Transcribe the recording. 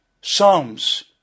Psalms